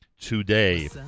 today